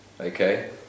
Okay